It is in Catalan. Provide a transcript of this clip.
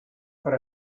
per